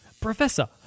Professor